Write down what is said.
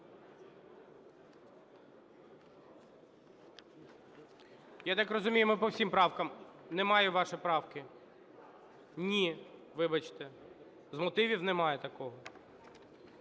Я так розумію, ми по всім правкам... Немає вашої правки. Ні, вибачте, з мотивів немає такого.